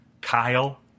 Kyle